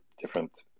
different